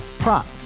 Prop